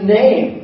name